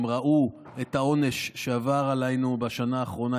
הם ראו את העונש שעבר עלינו בשנה האחרונה,